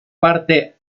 parte